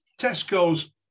Tesco's